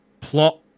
plot